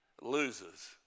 loses